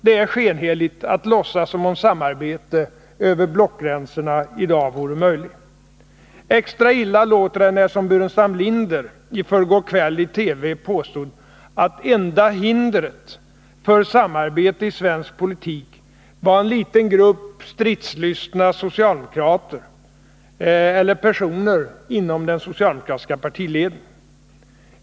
Det är skenheligt att låtsas som om samarbete över blockgränserna i dag är möjligt. Extra illa låter det när man påstår, som Burenstam Linder gjorde i förrgår kväll i TV, att enda hindret för samarbete i svensk politik är en liten grupp stridslystna personer inom den socialdemokratiska partiledningen.